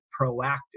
proactive